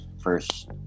first